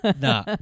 No